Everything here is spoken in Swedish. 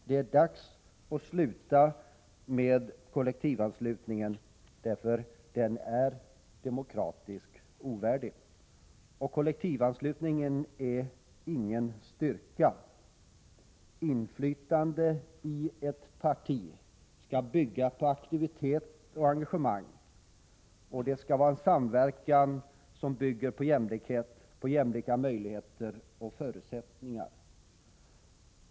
Det är dags att upphöra med att kollektivansluta människor — detta är demokratiskt ovärdigt. Kollektivanslutningen innebär ingen styrka. Inflytande i ett parti skall bygga på aktivitet och engagemang, och det skall finnas en samverkan som bygger på jämlikhet — jämlika möjligheter och förutsättningar.